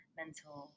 mental